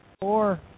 Four